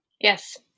Yes